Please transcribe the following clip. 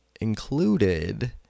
included